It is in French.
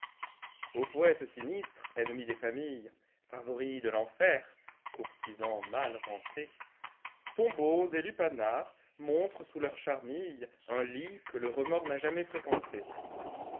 au poëte sinistre ennemi des familles favori de l'enfer courtisan mal rente tombeaux et lupanars montrent sous leurs charmillesun lit que le remords n'a jamais fréquenté